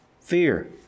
fear